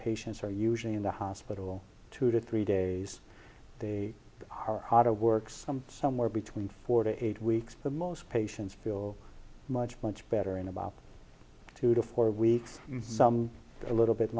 patients are usually in the hospital two to three days they are out of work some somewhere between four to eight weeks the most patients feel much much better in about two to four weeks some a little bit